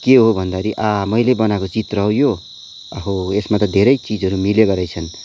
के हो भन्दाखेरि आहा मैले बनाएको चित्र हो यो अहो यसमा त धेरै चिजहरू मिलेको रहेछन्